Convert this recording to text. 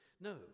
No